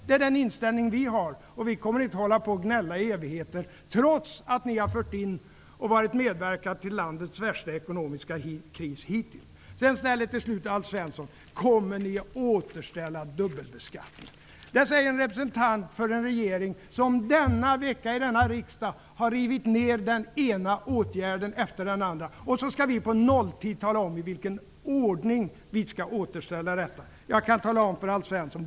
Det är den inställningen vi har, och vi kommer inte att gnälla i evigheter, trots att ni har medverkat till landets hittills värsta ekonomiska kris. Till slut ställer Alf Svensson frågan om vi socialdemokrater kommer att återställa dubbelbeskattningen. Det säger en representant för den regering som i denna vecka i denna riksdag har rivit ner den ena åtgärden efter den andra. Sedan skall vi på nolltid tala om i vilken ordning vi skall återställa detta.